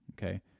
okay